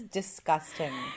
disgusting